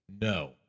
No